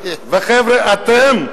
אתם,